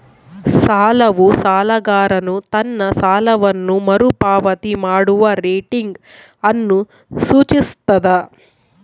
ಸಾಲವು ಸಾಲಗಾರನು ತನ್ನ ಸಾಲವನ್ನು ಮರುಪಾವತಿ ಮಾಡುವ ರೇಟಿಂಗ್ ಅನ್ನು ಸೂಚಿಸ್ತದ